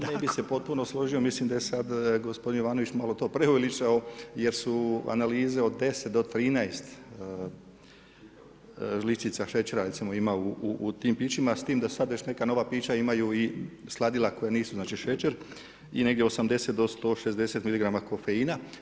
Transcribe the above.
Ne bih se potpuno složio, mislim da je sada gospodin Jovanović malo to preuveličao jer su analize od 10 do 13 žličica šećera ima u tim pićima, s tim da sada već neka nova pića imaju i sladila koja nisu šećer i negdje 80 do 160 miligrama kofeina.